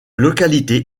localité